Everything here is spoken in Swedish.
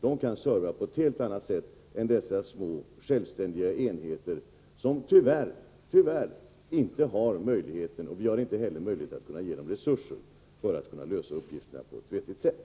De kan serva på ett helt annat sätt än dessa små självständiga enheter, som tyvärr inte har möjligheten. Och vi har inte heller möjlighet att ge dem resurser för att de skall kunna lösa uppgifterna på ett vettigt sätt.